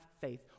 faith